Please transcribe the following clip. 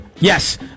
Yes